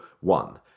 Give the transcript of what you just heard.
one